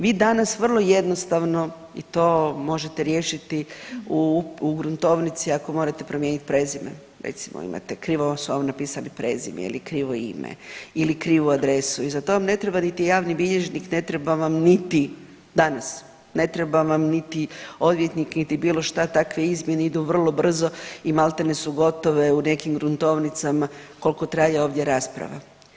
Vi danas vrlo jednostavno i to možete riješiti u gruntovnici ako morate promijeniti prezime recimo imate krivo su vam napisali prezime ili krivo ime ili krivu adresu i za to vam ne treba niti javni bilježnik, ne treba vam niti danas, ne treba vam niti odvjetnik, niti bilo šta, takve izmjene idu vrlo brzo i maltene su gotove u nekim gruntovnicama koliko traje ovdje rasprava.